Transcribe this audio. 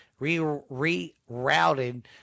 rerouted